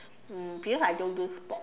um because I don't do sport